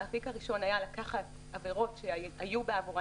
האפיק הראשון היה לקחת עבירות שהיו בעבורן